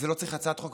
לא צריך הצעת חוק,